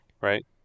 right